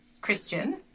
Christian